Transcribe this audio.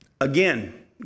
Again